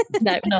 No